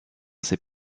ses